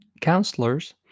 Counselors